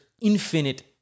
infinite